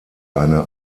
eine